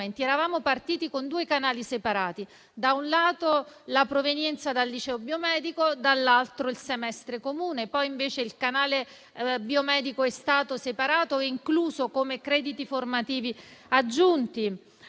Eravamo partiti con due canali separati: da un lato, la provenienza dal liceo biomedico e, dall'altro, il semestre comune. Poi invece il canale biomedico è stato separato e incluso come crediti formativi aggiunti.